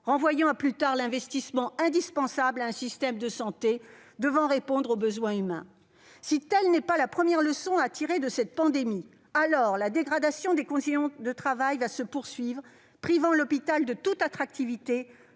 renvoyant à plus tard l'investissement indispensable dans un système de santé devant répondre aux besoins humains ! Ce n'est pas mal, tout de même ! Si telle n'est pas la première leçon à tirer de cette pandémie, alors la dégradation des conditions de travail se poursuivra, privant l'hôpital de toute attractivité,